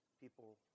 people